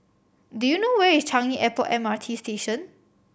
do you know where is Changi Airport M R T Station